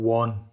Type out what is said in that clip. one